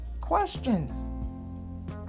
questions